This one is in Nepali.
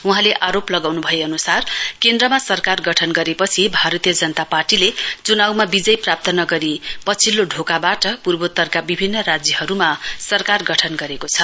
वहाँले आरोप लगाउन् भएअनुसार केन्द्रमा सरकार गठन गरेपछि भारतीय जनता पार्टीले चुनाउमा विजय प्राप्त नगरी पछिल्लो ढोकाबाट पूर्वोत्तरका विभिन्न राज्यहरूमा सरकार गठन गरेको छ